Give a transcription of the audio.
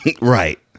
Right